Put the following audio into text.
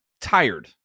tired